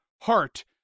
heart